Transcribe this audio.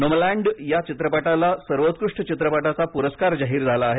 Nomadland या चित्रपटाला सर्वोत्कृष्ट चित्रपटाचा प्रस्कार जाहीर झाला आहे